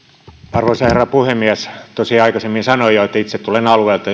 arvoisa herra puhemies tosiaan jo aikaisemmin sanoin itse tulen alueelta